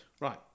Right